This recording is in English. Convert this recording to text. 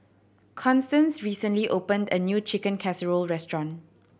Constance recently opened a new Chicken Casserole restaurant